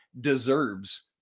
deserves